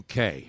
UK